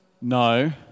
No